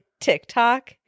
tiktok